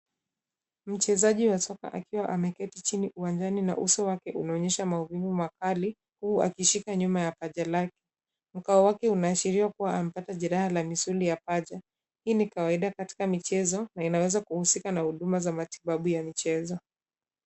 Mchezaji wa soka akiwa ameket chini uwanjanai na uso wake unaonyesha maumivu makali huku akishika nyuma ya paja lake. Kukaa wake unaashiria amepata jereha la misuli ya paja. Hii ni kawaida katika michezo na inaweza kuhusika na huduma za matibabu ya michezo.